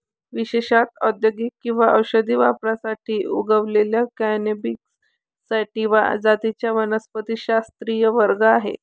विशेषत औद्योगिक किंवा औषधी वापरासाठी उगवलेल्या कॅनॅबिस सॅटिवा जातींचा वनस्पतिशास्त्रीय वर्ग आहे